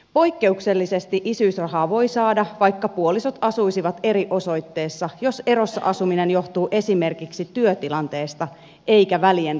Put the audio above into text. poikkeuksellisesti isyysrahaa voi saada vaikka puolisot asuisivat eri osoitteessa jos erossa asuminen johtuu esimerkiksi työtilanteesta eikä välien rikkoutumisesta